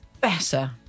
better